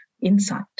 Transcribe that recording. insight